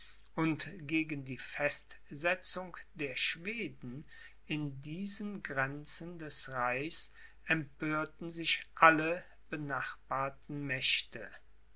und gegen die festsetzung der schweden in diesen grenzen des reichs empörten sich alle benachbarten mächte